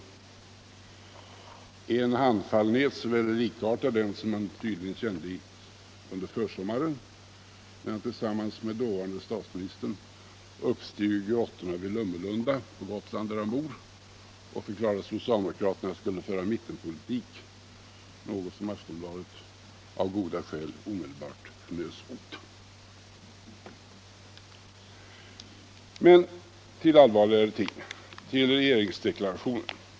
Det är en handfallenhet som är likartad med den som han tydligen kände under försommaren, när han tillsammans med dåvarande statsministern uppsteg ur grottorna i Lummelunda på Gotland, där han bor, och förklarade att socialdemokraterna skulle föra en mittenpolitik, något som Aftonbladet av goda skäl omedelbart fnyste åt. Men ttill allvarligare ting: till regeringsdeklarationen!